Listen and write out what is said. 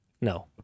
No